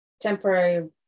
temporary